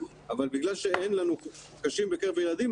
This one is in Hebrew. אבל בגלל שאין לנו קשים בקרב ילדים,